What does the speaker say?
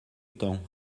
temps